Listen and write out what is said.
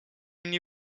nie